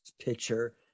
picture